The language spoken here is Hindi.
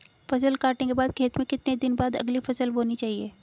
फसल काटने के बाद खेत में कितने दिन बाद अगली फसल बोनी चाहिये?